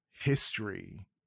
history